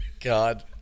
God